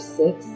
six